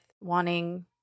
wanting